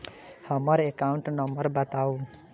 हम्मर account number बताऊ?